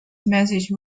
message